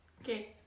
Okay